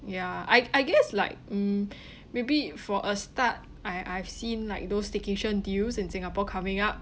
ya I I guess like mm maybe for a start I I've seen like those staycation deals in singapore coming up